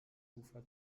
ufer